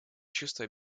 чувство